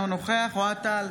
אינו נוכח אוהד טל,